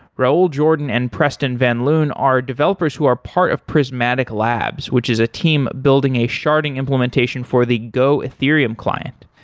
raul jordan and preston van loon are developers who are part of prysmatic labs, which is a team building a sharding implementation for the go ethereum client.